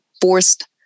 forced